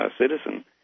citizen